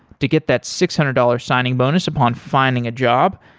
to get that six hundred dollars signing bonus upon finding a job,